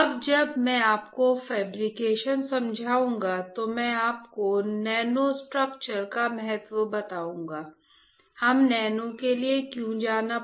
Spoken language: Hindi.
अब जब मैं आपको फैब्रिकेशन समझाऊंगा तो मैं आपको नैनो स्ट्रक्चर का महत्व बताऊंगा